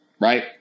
right